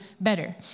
better